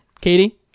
Katie